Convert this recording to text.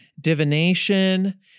divination